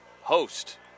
host